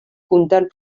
comptant